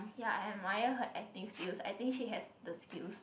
ya I admire her acting skills I think she has the skills